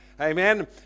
Amen